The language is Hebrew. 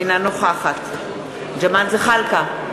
אינה נוכחת ג'מאל זחאלקה,